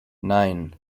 nine